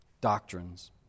doctrines